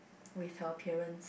with her appearance